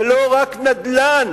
זה לא רק נדל"ן,